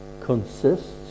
consists